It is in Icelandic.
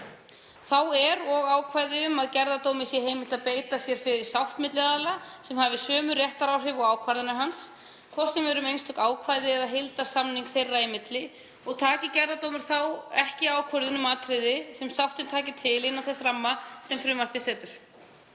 Þá er og ákvæði um að gerðardómi sé heimilt að beita sér fyrir sátt milli aðila sem hafi sömu réttaráhrif og ákvarðanir hans, hvort sem er um einstök ákvæði eða heildarsamning þeirra í milli að ræða og taki gerðardómur þá ekki ákvörðun um atriði sem sáttin taki til innan þess ramma sem frumvarpið setur.